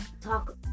talk